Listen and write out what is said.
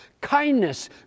kindness